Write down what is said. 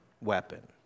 weapon